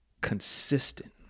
consistent